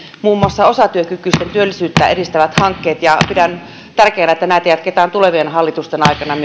muun muassa osatyökykyisten työllisyyttä edistävistä hankkeista pidän tärkeänä että näitä jatketaan myöskin tulevien hallitusten aikana